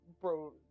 bro